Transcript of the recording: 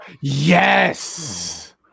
Yes